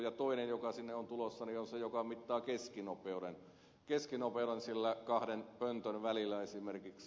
ja toinen joka sinne on tulossa on se joka mittaa keskinopeuden kahden pöntön välillä esimerkiksi